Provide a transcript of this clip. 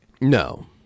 No